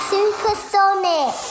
Supersonic